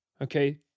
Okay